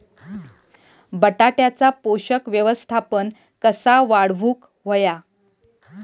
बटाट्याचा पोषक व्यवस्थापन कसा वाढवुक होया?